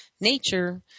nature